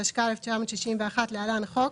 התשכ"א-1961 (להלן- החוק),